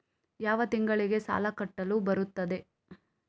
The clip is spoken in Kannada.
ಯಾವ ತಿಂಗಳಿಗೆ ಸಾಲ ಕಟ್ಟಲು ಬರುತ್ತದೆ?